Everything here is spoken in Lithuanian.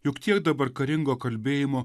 juk tiek dabar karingo kalbėjimo